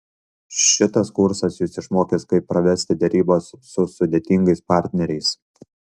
šitas kursas jus išmokys kaip pravesti derybas su sudėtingais partneriais